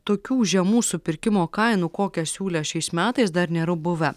tokių žemų supirkimo kainų kokias siūlė šiais metais dar nėra buvę